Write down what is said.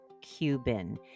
Cuban